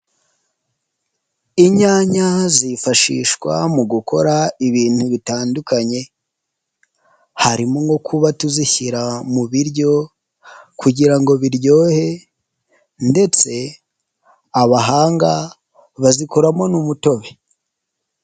Inyanya zifashishwa mu gukora ibintu bitandukanye, harimo nko kuba tuzishyira mu biryo kugira ngo biryohe ndetse abahanga bazikoramo n'umutobe.